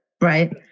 Right